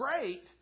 great